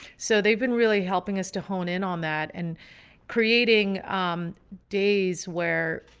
so they've been really helping us to hone in on that and creating um days where,